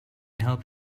help